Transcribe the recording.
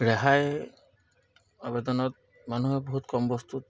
ৰেহাই আবেদনত মানুহে বহুত কম বস্তুত